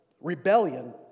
rebellion